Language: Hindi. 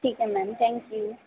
ठीक है मैम थैंक यू